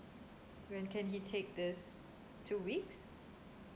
when can he take these two weeks